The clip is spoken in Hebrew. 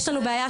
יש לנו בעיה,